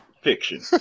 Fiction